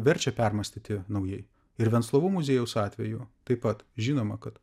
verčia permąstyti naujai ir venclovų muziejaus atveju taip pat žinoma kad